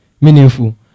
meaningful